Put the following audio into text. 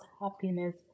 happiness